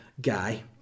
guy